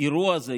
האירוע הזה,